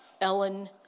Ellen